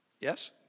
Yes